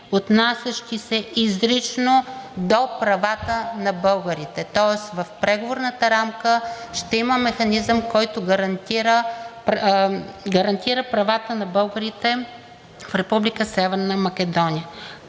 отнасящи се изрично до правата на българите, тоест в преговорната рамка ще има механизъм, който гарантира правата на българите в Република